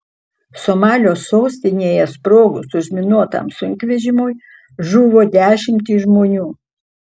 somalio sostinėje sprogus užminuotam sunkvežimiui žuvo dešimtys žmonių